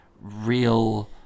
real